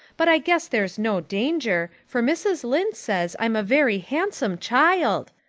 but i guess there's no danger, for mrs. lynde says i'm a very handsome child.